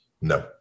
No